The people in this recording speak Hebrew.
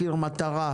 מחיר מטרה,